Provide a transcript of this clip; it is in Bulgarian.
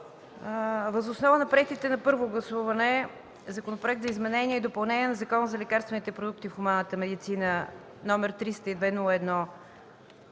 въз основа на приетите на първо гласуване Законопроект за изменение и допълнение на Закона за лекарствените продукти в хуманната медицина, № 302-01-16,